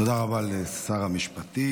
תודה רבה לשר המשפטים.